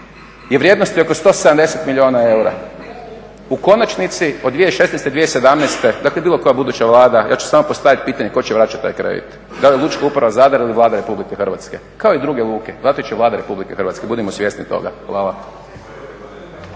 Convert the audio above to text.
je vrijednosti oko 170 milijuna eura, u konačnici od 2016., 2017., dakle bilo koja buduća Vlada, ja ću samo postaviti pitanje tko će vraćati taj kredit? Da li Lučka uprava Zadar ili Vlada Republike Hrvatske? Kao i druge luke, vraćat će Vlada Republike Hrvatske budimo svjesni toga. Hvala.